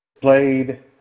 played